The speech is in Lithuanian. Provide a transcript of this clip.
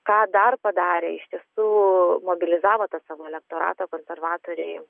ką dar padarė iš tiesų mobilizavo tą savo elektoratą konservatoriai